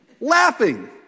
laughing